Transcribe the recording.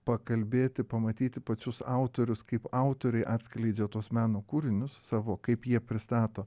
pakalbėti pamatyti pačius autorius kaip autoriai atskleidžia tuos meno kūrinius savo kaip jie pristato